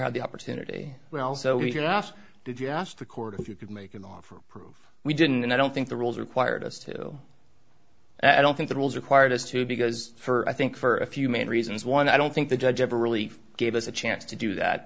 had the opportunity well so we can ask did you ask the court if you could make an offer proof we didn't and i don't think the rules required us to and i don't think the rules required us to because for i think for a few main reasons one i don't think the judge ever really gave us a chance to do that